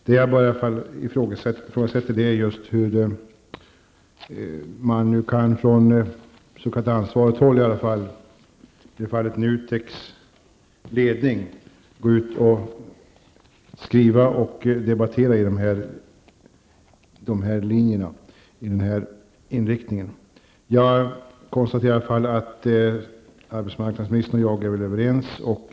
Det jag ifrågasätter är hur man från s.k. ansvarigt håll -- i de här fallet NUTEKs ledning -- kan gå ut och skriva och debattera på det sätt som skett. Jag konstaterar att arbetsmarknadsministern och jag är överens.